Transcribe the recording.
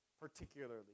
particularly